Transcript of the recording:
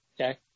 Okay